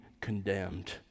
condemned